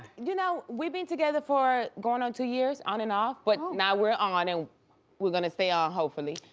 you know, we've been together for going on two years, on and off. but now we're on and we're gonna stay on hopefully.